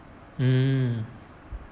mm